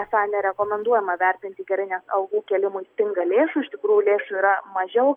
esą nerekomenduojama vertinti gerai nes algų kėlimui stinga lėšų iš tikrų lėšų yra mažiau